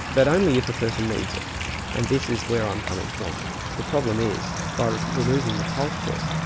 but only if a person needs it and this is where i'm coming from. the problem is, by removing the pulse check,